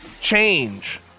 change